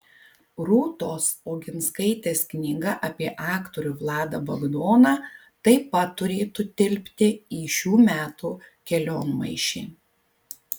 rūtos oginskaitės knyga apie aktorių vladą bagdoną taip pat turėtų tilpti į šių metų kelionmaišį